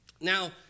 Now